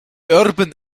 urban